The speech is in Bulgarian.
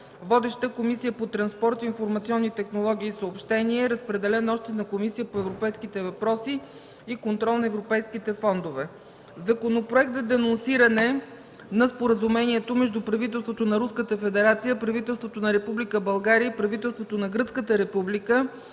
Водеща е Комисията по транспорт, информационни технологии и съобщения. Разпределен е още на Комисията по европейските въпроси и контрол на европейските фондове. Законопроект за денонсиране на Споразумението между правителството на Руската федерация, правителството на Република България и правителството на Гръцката република